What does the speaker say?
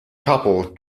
couple